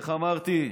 איך אמרתי?